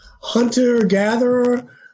hunter-gatherer